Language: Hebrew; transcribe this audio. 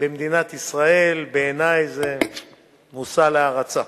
במדינת ישראל, בעיני זה מושא להערצה.